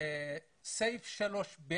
בסעיף 3(ב)